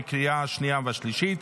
בקריאה השנייה והשלישית.